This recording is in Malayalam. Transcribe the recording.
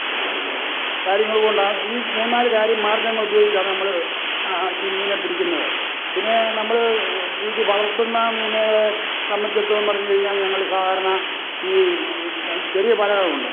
കാര്യങ്ങളുകൊണ്ടാണ് ഈ മൂന്നാല് കാര്യം മാര്ഗ്ഗങ്ങൾ ഉപയോഗിച്ചാണ് നമ്മൾ ഈ മീനിനെപ്പിടിക്കുന്നത് പിന്നെ നമ്മൾ വീട്ടിൽ വളര്ത്തുന്ന മീനുകളെ സംമ്പന്ധിച്ചെടുത്തോളം പറഞ്ഞു കഴിഞ്ഞാൽ ഞങ്ങൾ സാധാരണ ഈ ചെറിയ വലകളുണ്ട്